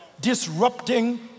disrupting